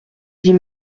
dit